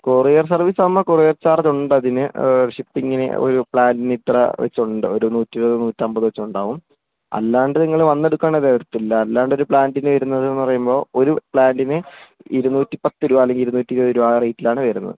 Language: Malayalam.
കൊറിയര് സര്വീസാവുമ്പോള് കൊറിയര് ചാര്ജുണ്ടതിന് ഷിപ്പിങ്ങിന് ഒരു പ്ലാന്റിനിത്ര വച്ചുണ്ട് ഒരു നൂറ്റി ഇരുപത് നൂറ്റമ്പത് വച്ചുണ്ടാവും അല്ലാണ്ട് നിങ്ങള് വന്നെടുക്കുകയാണെങ്കില് വരത്തില്ല അല്ലാണ്ടൊരു പ്ലാന്റിനു വരുന്നതെന്നു പറയുമ്പോള് ഒരു പ്ലാന്റിന് ഇരുനൂറ്റിപ്പത്ത് രൂപ അല്ലെങ്കില് ഇരുന്നൂറ്റിഇരുപതു രൂപ ആ റേറ്റിലാണ് വരുന്നത്